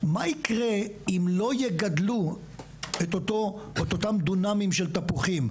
מה יקרה אם לא יגדלו את אותם דונמים של תפוחים?